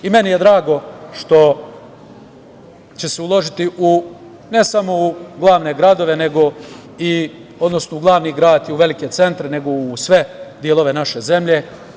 Meni je drago što će se uložiti, ne samo u glavne gradove, odnosno u glavni grad i velike centre, nego u sve delove naše zemlje.